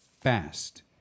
fast